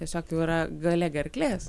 tiesiog jau yra gale gerklės